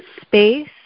space